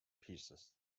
pieces